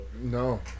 No